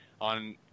on